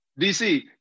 DC